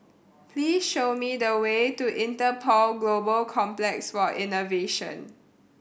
please show me the way to Interpol Global Complex for Innovation